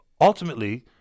ultimately